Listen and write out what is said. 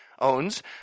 owns